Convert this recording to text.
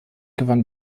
gewann